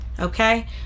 okay